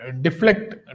Deflect